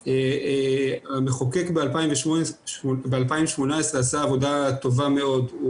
המחוקק ב-2018 עשה עבודה טובה מאוד.